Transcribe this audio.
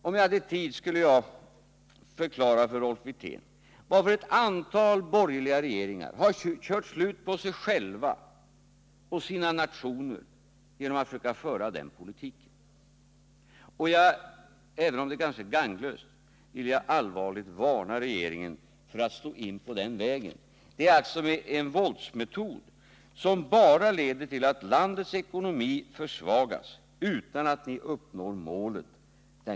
Om jag hade tid skulle jag förklara för Rolf Wirtén varför ett antal borgerliga regeringar har kört slut på sig själva och sina nationer genom att försöka föra den politiken. Även om det kanske är gagnlöst vill jag allvarligt varna regeringen för att slå in på den vägen. Det är en våldsmetod som bara leder till att landets ekonomi försvagas utan att ni uppnår målet.